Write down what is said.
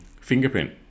fingerprint